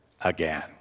again